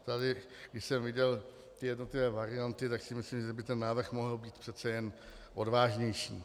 Tady, když jsem viděl jednotlivé varianty, tak si myslím, že by návrh mohl být přece jen odvážnější.